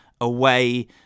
away